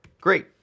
Great